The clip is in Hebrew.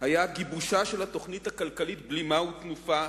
היה גיבושה של התוכנית הכלכלית "בלימה ותנופה"